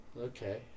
okay